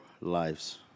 lives